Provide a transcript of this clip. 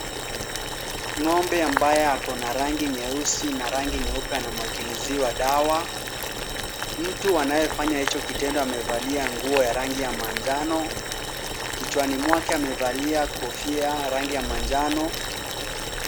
Ng'ombe ambaye akona rangi nyeusi na rangi nyeupe anamwagiliziwa dawa. Mtu anayefanya hicho kitendo amevalia nguo ya manjano, kichwani mwake amevalia kofia ya rangi ya manjano.